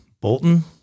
Bolton